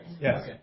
yes